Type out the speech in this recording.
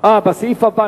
בסעיף האחרון,